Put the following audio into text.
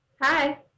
Hi